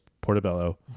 Portobello